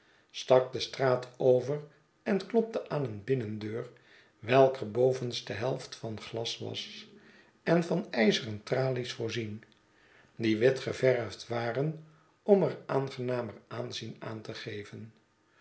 stak de straat over en klopte aan een binnendeur welker bovenste helft van glas was en van ijzeren tralies voorzien die wit geverfd waren om er aangenamer aanzien aan te geven